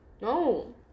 No